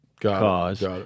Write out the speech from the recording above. cause